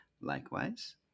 Likewise